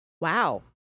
Wow